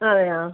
അതെയാ